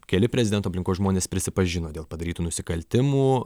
keli prezidento aplinkos žmonės prisipažino dėl padarytų nusikaltimų